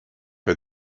had